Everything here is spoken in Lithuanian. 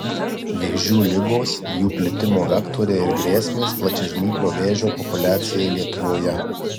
vėžių ligos jų plitimo vektoriai ir grėsmės plačiažnyplio vėžio populiacijai lietuvoje